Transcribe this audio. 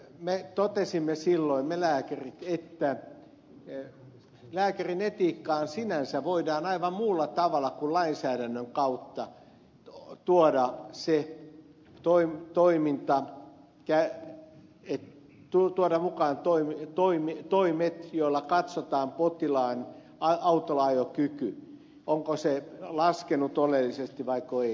me lääkärit totesimme silloin että lääkärin etiikkaan sinänsä voidaan aivan muulla tavalla kuin lainsäädännön kautta tuo turhaksi toiveen toiminta käy heti tultuaan hän tuoda mukaan toimet joilla katsotaan potilaan autolla ajokyky onko se laskenut oleellisesti vaiko ei